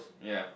ya